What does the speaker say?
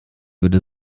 würde